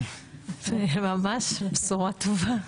זוהי בשורה ממש טובה.